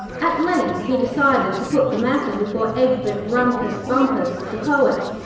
at length he decided to put the matter before egbert rumpus bumpus, the poet,